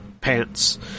pants